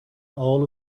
all